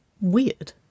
weird